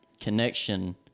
connection